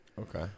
okay